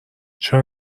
چرا